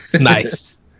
Nice